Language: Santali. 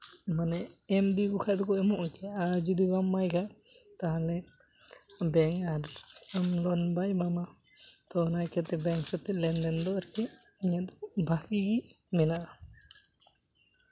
ᱢᱟᱱᱮ ᱮᱢ ᱤᱫᱤ ᱟᱠᱚ ᱠᱷᱟᱱ ᱫᱚᱠᱚ ᱮᱢᱚᱜᱼᱟ ᱟᱨ ᱡᱩᱫᱤ ᱵᱟᱢ ᱮᱢᱟᱭ ᱠᱷᱟᱱ ᱛᱟᱦᱚᱞᱮ ᱵᱮᱝᱠ ᱟᱨ ᱟᱢ ᱞᱳᱱ ᱵᱟᱭ ᱮᱢᱟᱢᱟ ᱛᱳ ᱚᱱᱟ ᱤᱭᱠᱟᱹ ᱛᱮ ᱵᱮᱝᱠ ᱥᱟᱛᱮᱫ ᱞᱮᱱᱫᱮᱱ ᱫᱚ ᱟᱨᱠᱤ ᱤᱧᱟᱹᱜ ᱫᱚ ᱵᱷᱟᱹᱜᱤ ᱜᱮ ᱢᱮᱱᱟᱜᱼᱟ